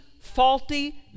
faulty